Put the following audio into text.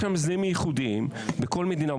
יש הסדרים מיוחדים בכל מדינה.